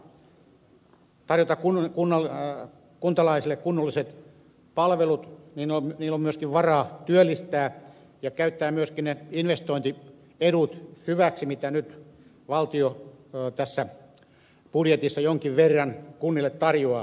jos kunnilla on varaa tarjota kuntalaisille kunnolliset palvelut niillä on myöskin varaa työllistää ja käyttää myöskin ne investointiedut hyväksi mitä nyt valtio tässä budjetissa jonkin verran kunnille tarjoaa